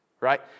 right